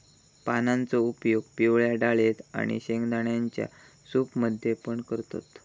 पानांचो उपयोग पिवळ्या डाळेत आणि शेंगदाण्यांच्या सूप मध्ये पण करतत